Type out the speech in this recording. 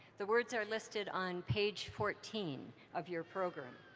the words are listed on page fourteen of your program.